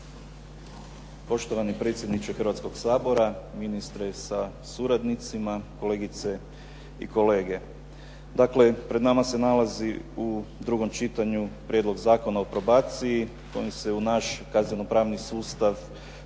gospodine predsjedniče Hrvatskoga sabora, ministre sa suradnicima, kolegice i kolege. Dakle, pred nama se nalazi u drugom čitanju Prijedlog zakona o probaciji, on se u naš kazneno-pravni sustav uvodi